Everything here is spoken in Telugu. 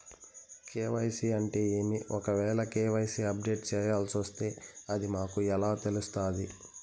కె.వై.సి అంటే ఏమి? ఒకవేల కె.వై.సి అప్డేట్ చేయాల్సొస్తే అది మాకు ఎలా తెలుస్తాది?